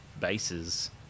bases